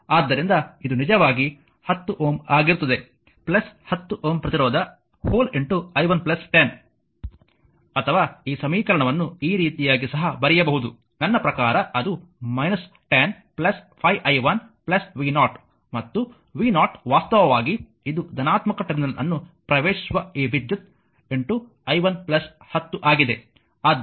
ಆದ್ದರಿಂದ ಇದು ನಿಜವಾಗಿ 10 Ω ಆಗಿರುತ್ತದೆ 10 Ω ಪ್ರತಿರೋಧ i 1 10 ಅಥವಾ ಈ ಸಮೀಕರಣವನ್ನು ಈ ರೀತಿಯಾಗಿ ಸಹ ಬರೆಯಬಹುದು ನನ್ನ ಪ್ರಕಾರ ಅದು 10 5 i 1 v0 ಮತ್ತು v0 ವಾಸ್ತವವಾಗಿ ಇದು ಧನಾತ್ಮಕ ಟರ್ಮಿನಲ್ ಅನ್ನು ಪ್ರವೇಶಿಸುವ ಈ ವಿದ್ಯುತ್ i 1 10 ಆಗಿದೆ